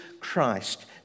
Christ